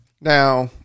Now